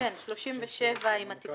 לא חקרתי בשאלה למה